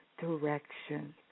direction